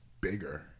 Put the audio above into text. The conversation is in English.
bigger